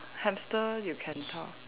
hamster you can talk